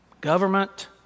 government